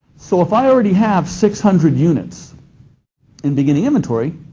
so if i already have six hundred units in beginning inventory,